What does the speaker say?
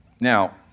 Now